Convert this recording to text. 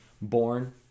born